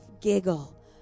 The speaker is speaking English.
giggle